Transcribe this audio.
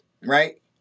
right